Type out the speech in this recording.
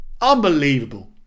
Unbelievable